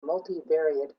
multivariate